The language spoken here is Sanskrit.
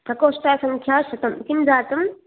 प्रकोष्टा सङ्ख्या शतं किं जातं